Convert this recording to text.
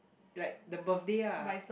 like the birthday ah